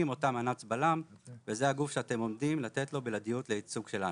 אותם אנ"צ בלם וזה הגוף שאתם עומדים לתת לו בלעדיות לייצוג שלנו.